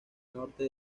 norte